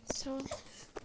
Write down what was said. so